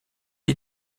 est